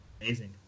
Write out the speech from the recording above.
Amazing